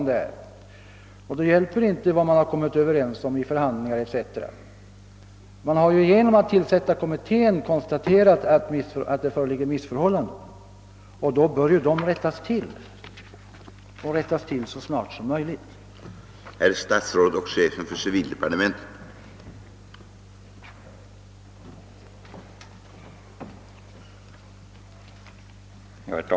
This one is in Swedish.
Det hjälper inte vad man kommit överens om vid förhandlingar etc. ; man har genom att tillsätta kommittén konstaterat att missförhållanden råder, och då bör de så snart som möjligt rättas till.